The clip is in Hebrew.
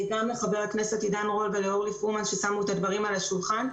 גם לחברי הכנסת עידן רול ואורלי פרומן ששמו את הדברים על השולחן.